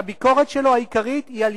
יהודי שהביקורת שלו העיקרית היא על